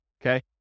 okay